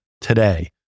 today